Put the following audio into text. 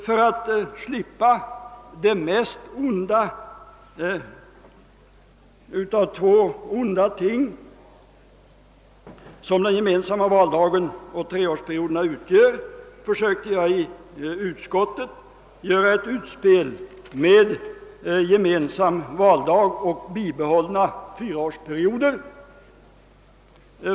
För att undvika det mest onda av de två onda ting, som den gemensamma valdagen och treårsperioderna utgör, försökte jag i utskottet göra ett utspel med gemensam valdag och bibehållna fyraårsperioder.